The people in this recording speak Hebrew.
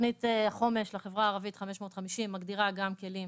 תוכנית החומש לחברה הערבית 550 מגדירה גם כלים